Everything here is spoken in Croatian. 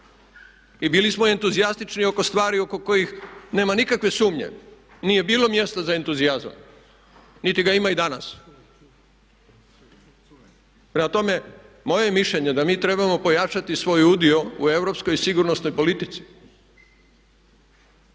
I bili smo entuzijastični oko stvari oko kojih nema nikakve sumnje, nije bilo mjesta za entuzijazam niti ga ima i danas. Prema tome moje je mišljenje da mi trebamo pojačati svoj udio u europskoj i sigurnosnoj politici